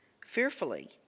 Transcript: fearfully